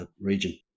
region